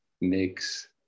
makes